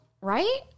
right